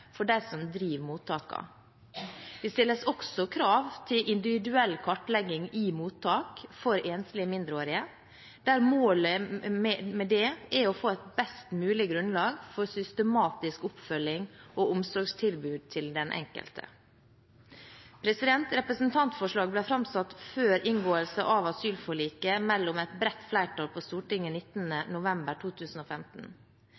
for dem som driver mottakene. Det stilles også krav til individuell kartlegging i mottak for enslige mindreårige, der målet med det er å få et best mulig grunnlag for systematisk oppfølging og omsorgstilbud til den enkelte. Representantforslaget ble framsatt før inngåelse av asylforliket av et bredt flertall på Stortinget